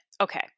Okay